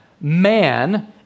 man